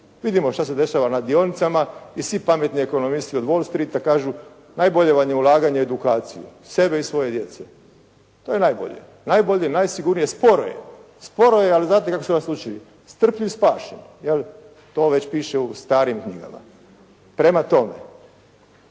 Vidimo što se dešava na dionicama i svi pametni ekonomisti od Wall Streeta kažu najbolje vam je ulaganje u edukaciju sebi i svojoj djeci. To je najbolje, najsigurnije, sporo je, ali znate kako su vas učili strpljen, spašen. To već piše u starim knjigama. Prema tome,